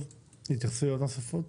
טוב, התייחסויות נוספות?